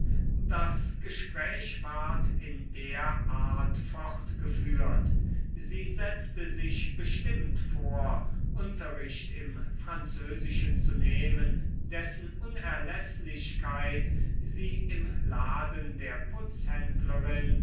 das gespräch ward in der art fortgeführt sie setzte sich bestimmt vor unterricht im französischen zu nehmen dessen unerläßlichkeit sie im laden der